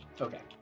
Okay